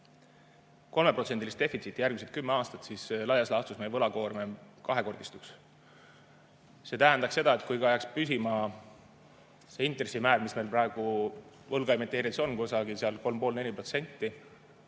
oma 3%-list defitsiiti järgmised 10 aastat, siis laias laastus meie võlakoorem kahekordistuks. See tähendaks seda, et kui jääks püsima see intressimäär, mis meil praegu võlga emiteerides on – kusagil seal 3,5%–4%